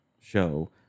show